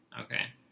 Okay